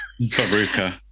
Baruka